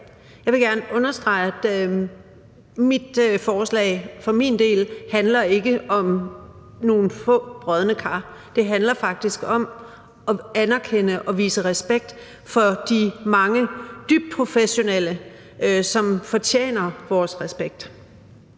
Jeg vil gerne understrege, at mit forslag for min del ikke handler om nogle få brodne kar. Det handler faktisk om at anerkende og vise respekt for de mange dybt professionelle, som fortjener vores respekt.